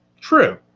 True